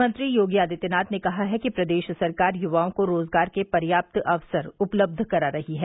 मुख्यमंत्री योगी आदित्यनाथ ने कहा है कि प्रदेश सरकार युवाओं को रोजगार के पर्याप्त अवसर उपलब्ध करा रही है